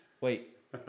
wait